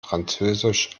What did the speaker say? französisch